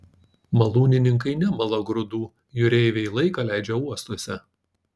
malūnininkai nemala grūdų jūreiviai laiką leidžia uostuose